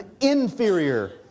inferior